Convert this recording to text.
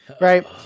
Right